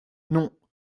non